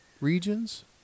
regions